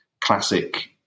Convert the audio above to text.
classic